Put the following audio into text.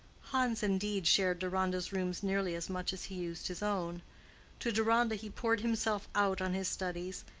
hans, indeed, shared deronda's rooms nearly as much as he used his own to deronda he poured himself out on his studies,